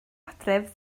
adref